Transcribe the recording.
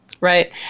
Right